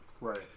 Right